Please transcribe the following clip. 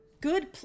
good